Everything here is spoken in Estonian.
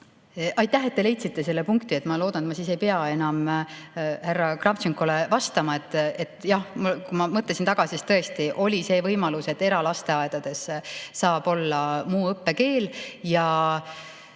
Aitäh, et te leidsite selle punkti! Ma loodan, et ma ei pea enam härra Kravtšenkole vastama. Jah, ma mõtlesin tagasi, tõesti oli see võimalus, et eralasteaedades saab olla muu õppekeel.